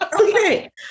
okay